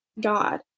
God